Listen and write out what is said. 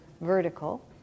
vertical